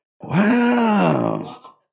Wow